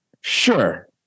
Sure